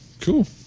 cool